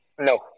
No